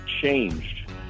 changed